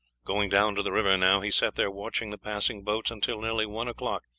going down to the river now, he sat there watching the passing boats until nearly one o'clock,